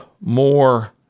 more